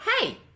Hey